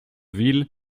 ville